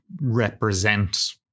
represent